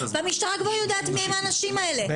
המשטרה כבר יודעת מי הם האנשים האלה,